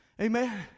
Amen